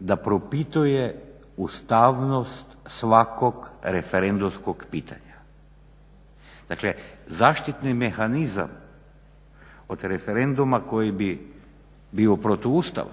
da propituje ustavnost svakog referendumskog pitanja. Dakle zaštitni mehanizam od referenduma koji bi bio protustav